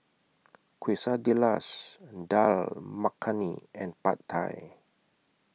Quesadillas Dal Makhani and Pad Thai